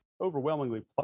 overwhelmingly